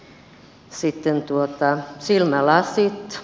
ja sitten silmälasit